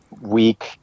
week